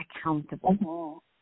accountable